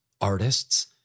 artists